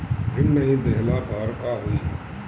ऋण नही दहला पर का होइ?